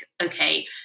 okay